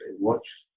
watch